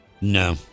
No